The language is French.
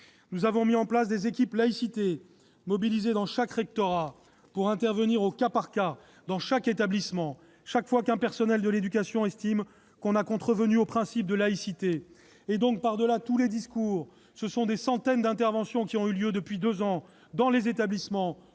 Nous avons mis en place des équipes laïcité mobilisées dans chaque rectorat pour intervenir au cas par cas dans chaque établissement, chaque fois qu'un personnel de l'éducation estime qu'on a contrevenu au principe de laïcité. Du vent ! Par-delà tous les discours, ce sont des centaines d'interventions qui ont eu lieu depuis deux ans dans les établissements